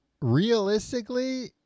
realistically